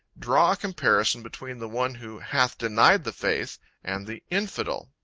draw a comparison between the one who hath denied the faith and the infidel.